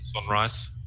sunrise